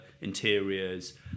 interiors